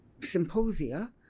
symposia